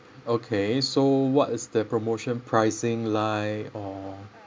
okay so what is the promotion pricing like or